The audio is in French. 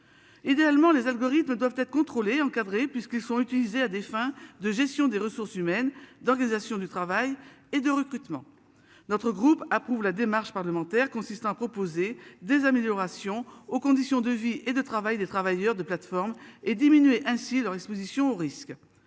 Allemands les algorithmes doivent être contrôlés, encadrés puisqu'ils sont utilisés à des fins de gestion des ressources humaines d'organisation du travail et de recrutement. Notre groupe approuve la démarche parlementaire consistant à proposer des améliorations aux conditions de vie et de travail des travailleurs de plateformes et diminuer ainsi leur Exposition au risque.